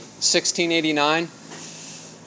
1689